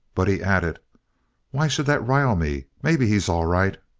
but he added why should that rile me? maybe he's all right.